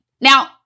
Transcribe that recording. Now